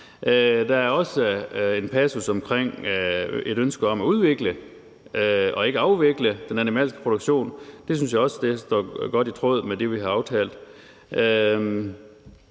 Der er også en passus omkring et ønske om at udvikle og ikke afvikle den animalske produktion. Det synes jeg også ligger godt i tråd med det, vi har aftalt,